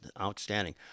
Outstanding